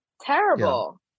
terrible